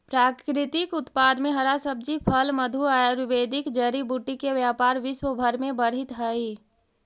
प्राकृतिक उत्पाद में हरा सब्जी, फल, मधु, आयुर्वेदिक जड़ी बूटी के व्यापार विश्व भर में बढ़ित हई